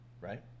right